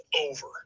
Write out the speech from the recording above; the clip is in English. over